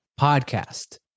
podcast